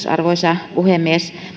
arvoisa puhemies